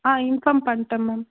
ஆ inform பண்ணிட்டேன் ma'am